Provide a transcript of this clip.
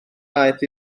aeth